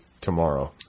tomorrow